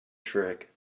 trick